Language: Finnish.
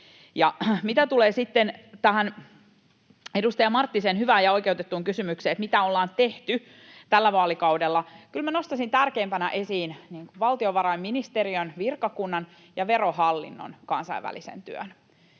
mitä tulee sitten tähän edustaja Marttisen hyvään ja oikeutettuun kysymykseen, mitä ollaan tehty tällä vaalikaudella, kyllä minä nostaisin tärkeimpänä esiin valtiovarainministeriön virkakunnan ja Verohallinnon kansainvälisen työn.